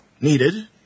needed